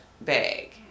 bag